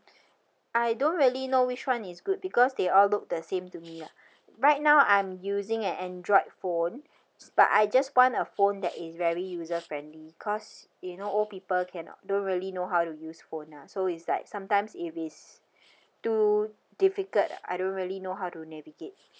I don't really know which one is good because they all look the same to me lah right now I'm using a android phone but I just want a phone that is very user friendly because you know old people cannot don't really know how to use phone lah so it's like sometimes if it's too difficult I don't really know how to navigate